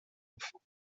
enfant